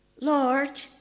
Lord